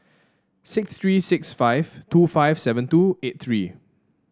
six three six five two five seven two eight three